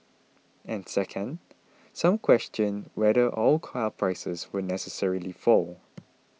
and second some question whether all car prices will necessarily fall